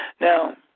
Now